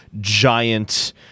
giant